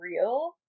real